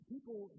People